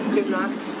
gesagt